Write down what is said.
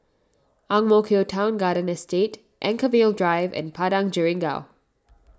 Ang Mo Kio Town Garden estate Anchorvale Drive and Padang Jeringau